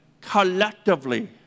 collectively